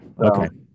Okay